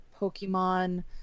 Pokemon